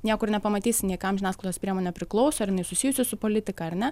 niekur nepamatysi nei kam žiniasklaidos priemonė priklauso ar jinai susijusi su politika ar ne